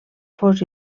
fos